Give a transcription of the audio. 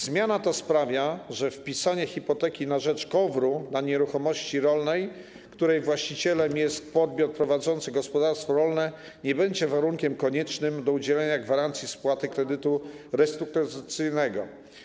Zmiana ta sprawia, że wpisanie hipoteki na rzecz KOWR na nieruchomości rolnej, której właścicielem jest podmiot prowadzący gospodarstwo rolne, nie będzie warunkiem koniecznym do udzielenia gwarancji spłaty kredytu restrukturyzacyjnego.